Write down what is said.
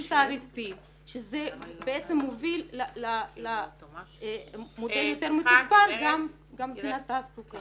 תעריפי שזה בעצם מוביל למודל יותר מתוגבר גם מבחינת תעסוקה.